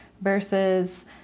versus